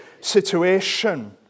situation